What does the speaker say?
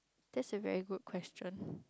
that's a very good question